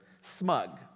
Smug